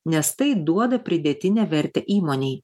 nes tai duoda pridėtinę vertę įmonei